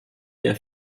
der